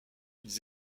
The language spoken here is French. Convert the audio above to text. ils